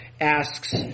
asks